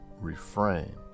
refrain